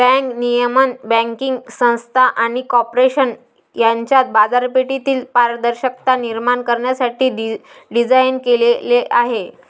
bank नियमन banking संस्था आणि कॉर्पोरेशन यांच्यात बाजारपेठेतील पारदर्शकता निर्माण करण्यासाठी डिझाइन केलेले आहे